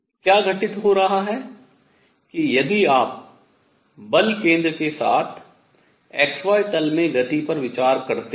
क्या घटित हो रहा है कि यदि आप बल केंद्र के साथ xy तल में गति पर विचार करते हैं